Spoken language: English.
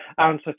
answer